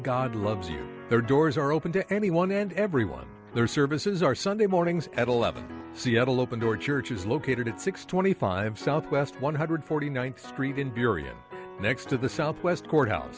god loves you there doors are open to anyone and everyone their services are sunday mornings at eleven the seattle open door church is located at six twenty five south west one hundred forty ninth street in period next to the southwest courthouse